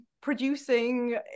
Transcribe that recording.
producing